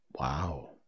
Wow